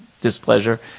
displeasure